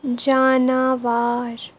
جاناوار